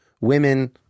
women